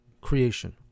Creation